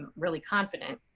really confident,